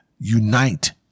unite